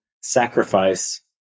sacrifice